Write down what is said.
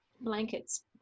blankets